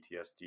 PTSD